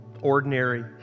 Ordinary